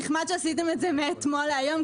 נחמד שעשיתם את זה מאתמול להיום,